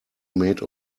made